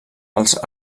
els